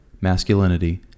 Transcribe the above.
masculinity